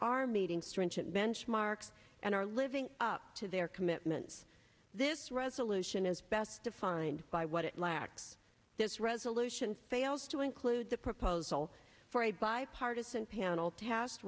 are meeting stringent benchmarks and are living up to their commitments this resolution is best defined by what it lacks this resolution fails to include the proposal for a bipartisan panel